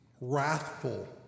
wrathful